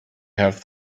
have